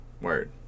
Word